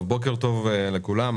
בוקר טוב לכולם.